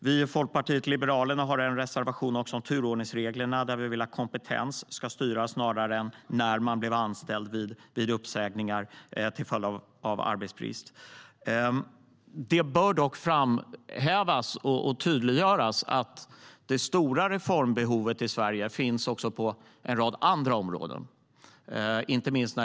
Vi i Folkpartiet liberalerna har en reservation om turordningsreglerna, där vi vill att kompetens snarare än när man blev anställd ska styra vid uppsägningar till följd av arbetsbrist. Det bör dock framhävas och tydliggöras att det stora reformbehovet i Sverige även gäller en rad andra områden.